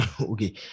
okay